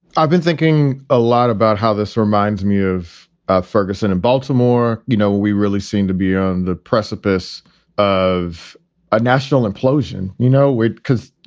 i've been thinking a lot about how this reminds me of ferguson and baltimore. you know, we really seem to be on the precipice of a national implosion. you know, wade, because,